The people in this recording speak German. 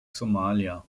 somalia